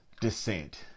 descent